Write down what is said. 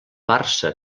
barça